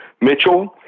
Mitchell